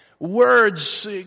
Words